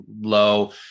low